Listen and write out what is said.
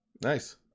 nice